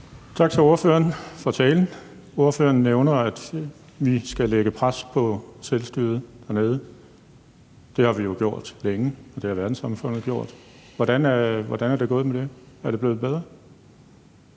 Tak til ordføreren for talen. Ordføreren nævner, at vi skal lægge et pres på selvstyret dernede. Det har vi jo gjort længe, og det har verdenssamfundet gjort. Hvordan er det gået med det? Er det blevet bedre?